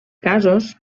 casos